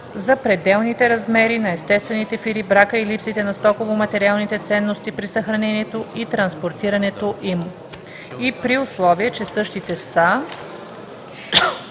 за пределните размери на естествените фири, брака и липсите на стоково-материалните ценности при съхраняването и транспортирането им (обн., ДВ, изв.,